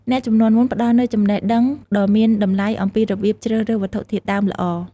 អ្នកជំនាន់មុនផ្ដល់នូវចំណេះដឹងដ៏មានតម្លៃអំពីរបៀបជ្រើសរើសវត្ថុធាតុដើមល្អ។